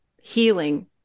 healing